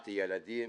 מנעתי שילדים